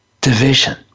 division